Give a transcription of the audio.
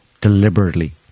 deliberately